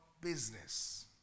business